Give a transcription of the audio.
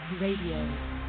Radio